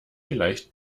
vielleicht